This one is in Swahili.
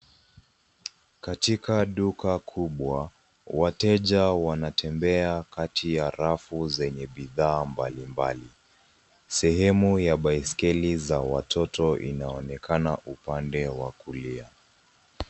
Katika duka kubwa wateja wanatembea kati ya rafu zenye bidhaa mbalimbali. Sehemu ya baiskeli za watoto inaonekana upande wa kulia.